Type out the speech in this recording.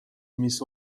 mis